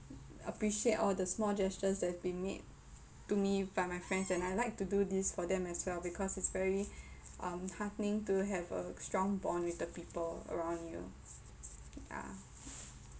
appreciate all the small gestures that have been made to me by my friends and I like to do this for them as well because it's very um heartening to have a strong bond with the people around you ya